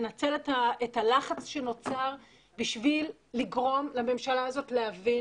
לנצל את הלחץ שנוצר בשביל לגרום לממשלה הזאת להבין